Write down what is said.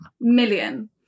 Million